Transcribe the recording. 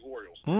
Orioles